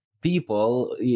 People